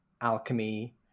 alchemy